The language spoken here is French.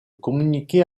communiquer